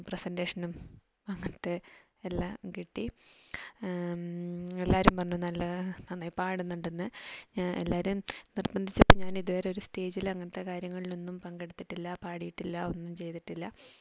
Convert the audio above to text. പ്രസൻ്റേഷനും അങ്ങനത്തെ എല്ലാം കിട്ടി എല്ലാവരും പറഞ്ഞു നല്ല നന്നായി പാടുന്നുണ്ടെന്ന് എല്ലാവരും നിർബന്ധിച്ചപ്പോൾ ഞാൻ ഇതുവരെ ഒരു സ്റ്റേജിലും അങ്ങനത്തെ കാര്യങ്ങളിലൊന്നും പങ്കെടുത്തിട്ടില്ല പാടിയിട്ടില്ല ഒന്നും ചെയ്തിട്ടില്ല